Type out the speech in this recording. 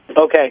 Okay